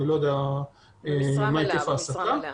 אלא גם את ההיבטים הממשקיים שדובר עליהם.